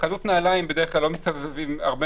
בחנות נעליים בדרך כלל לא מסתובבים הרבה